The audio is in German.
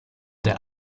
der